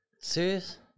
serious